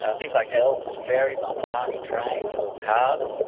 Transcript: ah things like elves and fairies on tiny trains or cars.